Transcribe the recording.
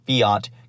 Fiat